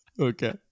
okay